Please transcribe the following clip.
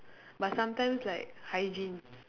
but sometimes like hygiene